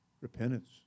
repentance